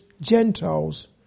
Gentiles